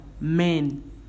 men